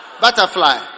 Butterfly